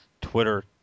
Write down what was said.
twitter